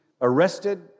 arrested